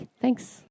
Thanks